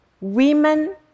Women